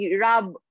rob